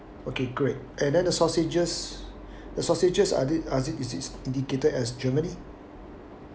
okay great and then the sausages the sausages are this are this indicated as germany